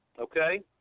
okay